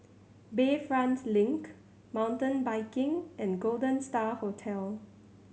Bayfront Link Mountain Biking and Golden Star Hotel